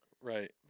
right